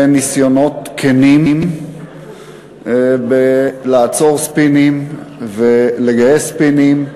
ניסיונות כנים לעצור ספינים ולגייס ספינים,